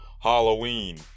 Halloween